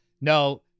no